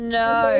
no